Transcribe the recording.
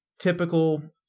Typical